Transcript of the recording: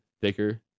thicker